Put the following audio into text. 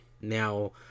now